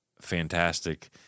fantastic